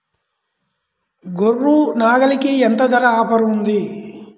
గొర్రె, నాగలికి ఎంత ధర ఆఫర్ ఉంది?